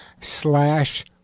slash